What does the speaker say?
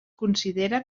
considera